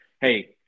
hey